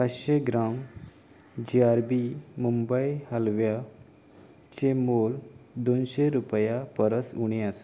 पांचशीं gram G R B Mumbai हालव्याचें मोल दोनशीं रुपयां परस उणें आसा